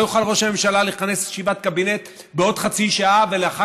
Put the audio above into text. לא יוכל ראש הממשלה לכנס ישיבת קבינט בעוד חצי שעה ואחר